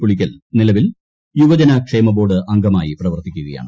പുളിക്കൽ നിലവിൽ യുവജനക്ഷേമ ബോർഡ് അംഗമായി പ്രവർത്തിക്കുകയാണ്